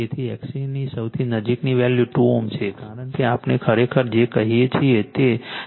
તેથી XC ની સૌથી નજીકનું વેલ્યુ 2 Ω છે કારણ કે આપણને ખરેખર જે કહીએ છીએ તે 0